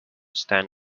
stand